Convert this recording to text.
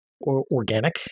organic